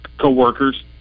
coworkers